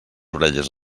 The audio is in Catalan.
orelles